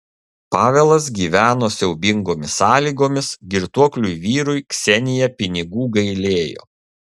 pavelas gyveno siaubingomis sąlygomis girtuokliui vyrui ksenija pinigų gailėjo